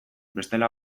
bestela